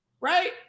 right